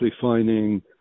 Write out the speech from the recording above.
finding